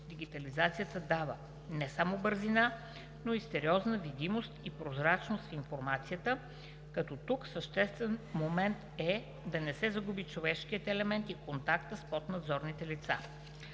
Дигитализацията дава не само бързина, но и сериозна видимост и прозрачност в информацията, като тук съществен момент е да не се загуби човешкият елемент и контакт с поднадзорните лица.